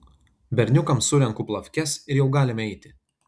berniukams surenku plafkes ir jau galim eiti